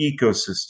ecosystem